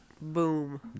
Boom